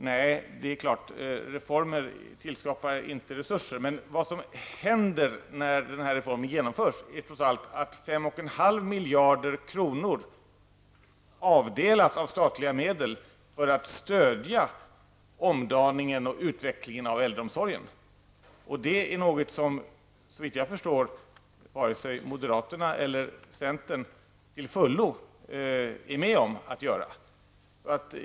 Nej, det är klart att reformen inte tillskapar resurser, men vad som händer när reformen genomförs är trots allt att 5,5 miljarder kronor avdelas av statliga medel för att stödja omdaning och utveckling av äldreomsorgen. Det är något som såvitt jag förstår varken moderaterna eller centern till fullo är med om att göra.